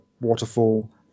waterfall